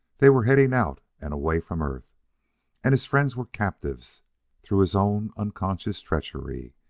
they were heading out and away from earth and his friends were captives through his own unconscious treachery,